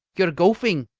ye're gowfing.